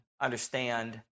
understand